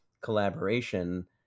collaboration